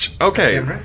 Okay